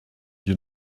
you